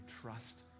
trust